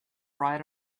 right